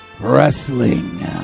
Wrestling